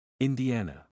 Indiana